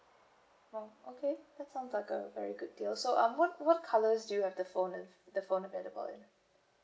oh okay that sounds like a very good deal so um what what colours do you have the phone if the phone available in